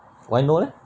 why no leh